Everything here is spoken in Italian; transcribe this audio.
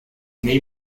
nei